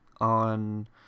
on